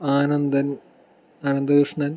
Anandan Ananthakrishnan